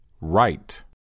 right